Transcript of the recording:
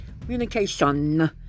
communication